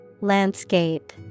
Landscape